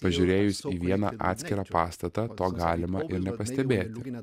pažiūrėjus į vieną atskirą pastata to galima ir nepastebėti